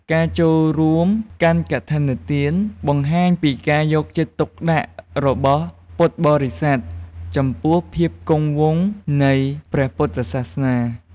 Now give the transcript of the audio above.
ការចូលរួមកាន់កឋិនទានបង្ហាញពីការយកចិត្តទុកដាក់របស់ពុទ្ធបរិស័ទចំពោះភាពគង់វង្សនៃព្រះពុទ្ធសាសនា។